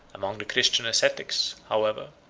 among the christian ascetics, however,